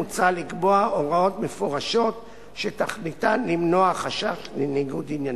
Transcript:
מוצע לקבוע הוראות מפורשות שתכליתן למנוע חשש לניגוד עניינים.